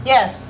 Yes